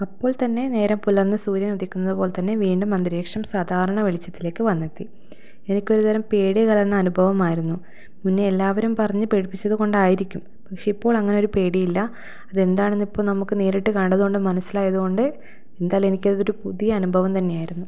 അപ്പോൾ തന്നെ നേരം പുലർന്ന് സൂര്യൻ ഉദിക്കുന്നതുപോലെ തന്നെ വീണ്ടും അന്തരീക്ഷം സാധാരണ വെളിച്ചത്തിലേക്ക് വന്നെത്തി എനിക്കൊരു തരം പേടി കലർന്ന അനുഭവം ആയിരുന്നു മുന്നേ എല്ലാവരും പറഞ്ഞ് പേടിപ്പിച്ചത് കൊണ്ടായിരിക്കും പക്ഷെ ഇപ്പോൾ അങ്ങനൊരു പേടിയില്ല അത് എന്താണെന്ന് ഇപ്പോൾ നമുക്ക് നേരിട്ട് കണ്ടതുകൊണ്ട് മനസ്സിലായതുകൊണ്ട് എന്തായാലും എനിക്കതൊരു പുതിയ അനുഭവം തന്നെ ആയിരുന്നു